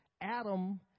Adam